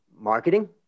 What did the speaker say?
marketing